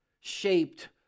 shaped